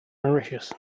mauritius